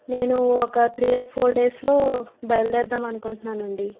నేను ఒక three or four days లో బయలుదేరుతాము అనుకుంటున్నాను అండి